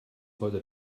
heute